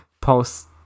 post